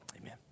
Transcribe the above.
Amen